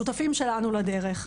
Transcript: שותפים שלנו לדרך,